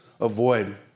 avoid